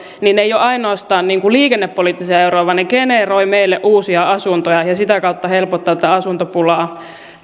eivät ole ainoastaan liikennepoliittisia euroja vaan ne generoivat meille uusia asuntoja ja sitä kautta helpottavat tätä asuntopulaa